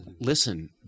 listen